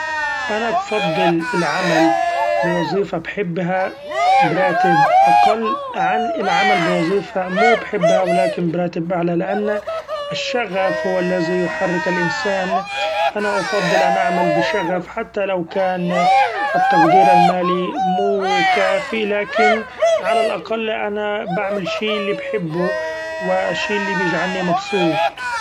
أنا بفضل العمل بوظيفة بحبها براتب أقل عن العمل بوظيفة مو بحبها و لكن براتب أعلي ؛ لأن الشغف هو الذي يحرك الانسان أنا أفضل أن أعمل بشغف حتي لو كان التقدير المالي مو كافي لكن علي الأقل أنا بعمل الشي ياللي بحبو و الشي اللي بيجعلني مبسوط.